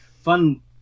fun